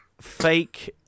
fake